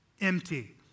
empty